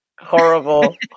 Horrible